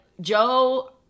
Joe